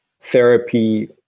therapy